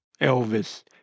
Elvis